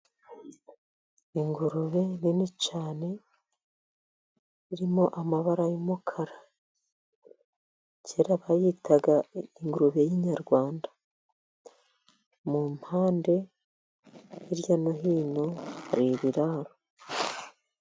Ingurube nini cyane, irimo amabara y'umukara kera bayitaga ingurube y'inyarwanda. Mu mpande hirya no hino hari ibiraro.